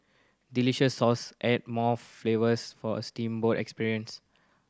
delicious sauce add more flavours for a steamboat experience